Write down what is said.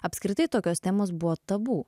apskritai tokios temos buvo tabu